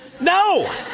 No